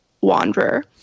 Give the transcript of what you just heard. Wanderer